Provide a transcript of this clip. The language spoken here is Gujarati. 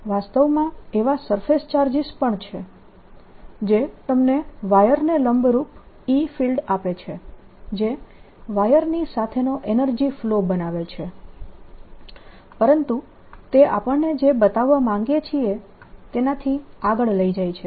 વાસ્તવમાં એવા સરફેસ ચાર્જીસ પણ છે જે તમને વાયરને લંબરૂપ E ફિલ્ડ આપે છે જે વાયરની સાથેનો એનર્જી ફ્લો બનાવે છે પરંતુ તે આપણને જે બતાવવા માંગીએ છીએ તેનાથી આગળ લઈ જાય છે